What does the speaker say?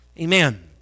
Amen